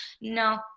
No